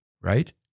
right